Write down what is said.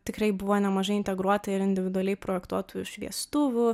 tikrai buvo nemažai integruota ir individualiai projektuotų šviestuvų